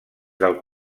del